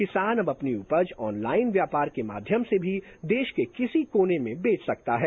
किसान अब अपनी उपज ऑनलाइन व्यापार के माध्यम से भी देश के किसी कोने में बेच सकता है